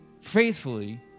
faithfully